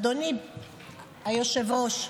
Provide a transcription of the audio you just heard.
אדוני היושב-ראש,